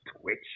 Twitch